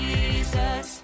Jesus